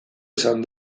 izan